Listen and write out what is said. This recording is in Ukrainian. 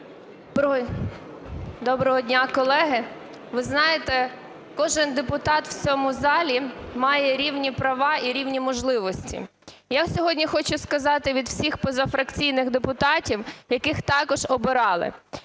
Доброго дня, колеги! Ви знаєте, кожен депутат в цьому залі має рівні права і рівні можливості. Я сьогодні хочу сказати від всіх позафракційних депутатів, яких також обирали.